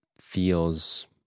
feels